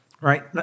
right